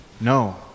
no